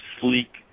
sleek